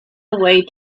away